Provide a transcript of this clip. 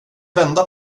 vända